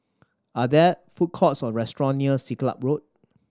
are there food courts or restaurant near Siglap Road